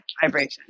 vibration